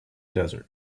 desert